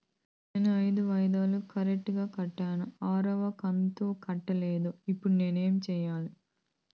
నేను ఐదు వాయిదాలు కరెక్టు గా కట్టాను, ఆరవ కంతు కట్టలేదు, ఇప్పుడు నేను ఏమి సెయ్యాలి?